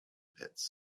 pits